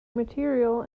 material